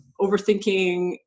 overthinking